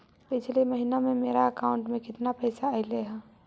पिछले महिना में मेरा अकाउंट में केतना पैसा अइलेय हे?